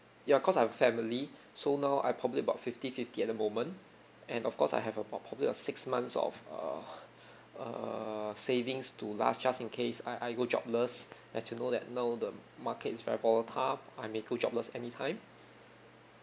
ya cause I've family so now I probably about fifty fifty at the moment and of course I have a pro~ probably uh six months of uh err savings to last just in case I I go jobless as you know that now the market is very volatile I may go jobless anytime